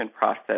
process